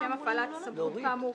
לשם הפעלת הסמכות כאמור,